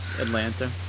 Atlanta